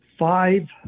five